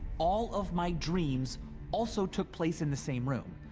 all of my dreams also took place in the same room.